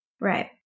Right